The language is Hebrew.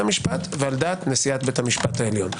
המשפט ועל דעת נשיאת בית המשפט העליון?